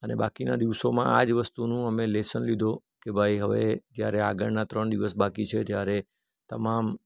અને બાકીના દિવસોમાં આ જ વસ્તુનું અમે લેસન લીધું કે ભાઈ હવે જ્યારે આગળના ત્રણ દિવસ બાકી છે ત્યારે તમામ